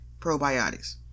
probiotics